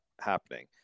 happening